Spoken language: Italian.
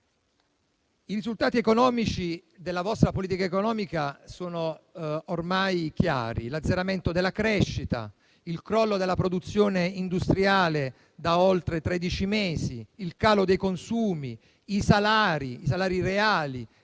I risultati della vostra politica economica sono ormai chiari: l'azzeramento della crescita, il crollo della produzione industriale da oltre tredici mesi, il calo dei consumi e dei salari reali,